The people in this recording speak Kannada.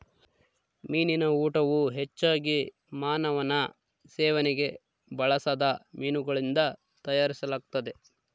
ಮೀನಿನ ಊಟವು ಹೆಚ್ಚಾಗಿ ಮಾನವನ ಸೇವನೆಗೆ ಬಳಸದ ಮೀನುಗಳಿಂದ ತಯಾರಿಸಲಾಗುತ್ತದೆ